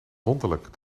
wonderlijk